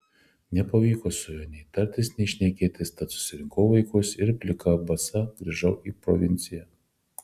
nepavyko su juo nei tartis nei šnekėtis tad susirinkau vaikus ir plika basa grįžau į provinciją